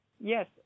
Yes